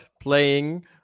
playing